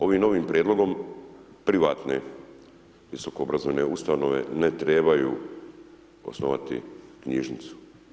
Ovim novim prijedlogom, privatne visokoobrazovane ustanove ne trebaju osnovati knjižnicu.